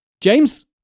James